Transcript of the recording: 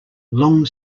long